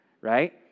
right